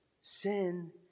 sin